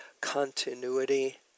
continuity